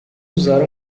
usar